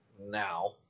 now